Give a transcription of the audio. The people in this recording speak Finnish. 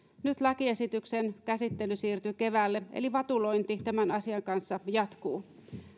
nyt lakiesityksen käsittely siirtyy keväälle eli vatulointi tämän asian kanssa jatkuu